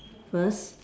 first